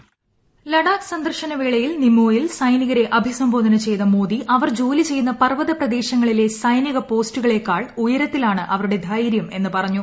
voice Ladakh സന്ദർശന വേളയിൽ നിമോയിൽ സൈനികരെ അഭിസംബോധന ചെയ്ത മോദി അവർ ജോലി ചെയ്യുന്ന പർവ്വതപ്രദേശങ്ങളിലെ സൈനിക പോസ്റ്റുകളെക്കാൾ ഉയരത്തിലാണ് അവരുടെ ധൈര്യം എന്ന് പറഞ്ഞു